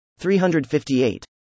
358